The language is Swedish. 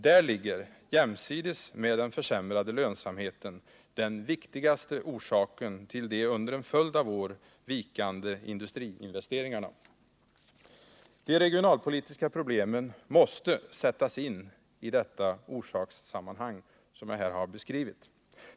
Där ligger - jämsides med den försämrade lönsamheten — den viktigaste orsaken till de under en följd av år vikande industriinvesteringarna. De regionalpolitiska problemen måste sättas in i det orsakssammanhang som jag här har beskrivit.